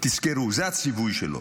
תזכרו, זה הציווי שלו.